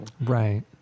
Right